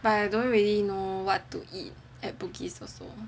but I don't really know what to eat at Bugis also